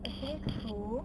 okay cool